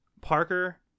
Parker